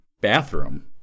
bathroom